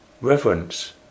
reverence